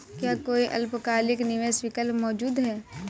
क्या कोई अल्पकालिक निवेश विकल्प मौजूद है?